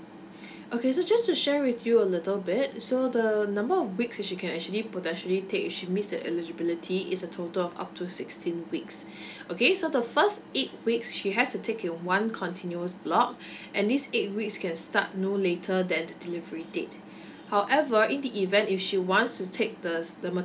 okay so just to share with you a little bit so the number of weeks that she can actually potentially take if she missed the eligibility is a total of up to sixteen weeks okay so the first eight weeks she has to take in one continuous block at least eight weeks can start no later than the delivery date however in the event if she wants to take the the maternity